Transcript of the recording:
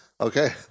okay